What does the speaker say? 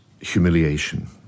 humiliation